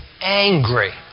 angry